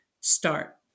start